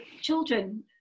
children